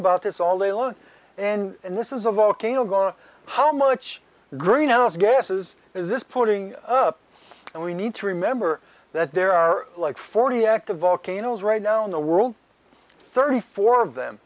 about this all day long and this is a volcano gone how much greenhouse gases is this putting up and we need to remember that there are like forty active volcanoes right now in the world thirty four of them